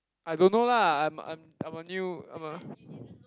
I don't know lah I'm I'm I'm a new I'm a